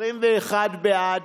21 בעד,